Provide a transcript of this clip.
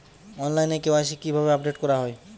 অনলাইনে কে.ওয়াই.সি কিভাবে আপডেট করা হয়?